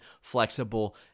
flexible